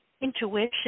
intuition